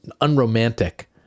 unromantic